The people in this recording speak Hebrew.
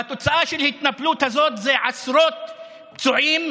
והתוצאה של ההתנפלות הזאת היא עשרות פצועים.